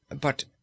But